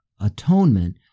atonement